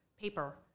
paper